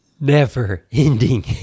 never-ending